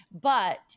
but-